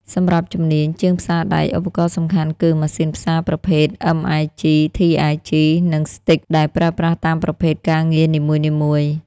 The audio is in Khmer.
សម្រាប់ជំនាញ ជាងផ្សារដែក ឧបករណ៍សំខាន់គឺ ម៉ាស៊ីនផ្សារប្រភេទ MIG, TIG និង Stick ដែលប្រើប្រាស់តាមប្រភេទការងារនីមួយៗ។